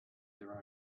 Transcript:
their